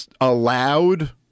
allowed